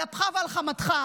על אפך ועל חמתך.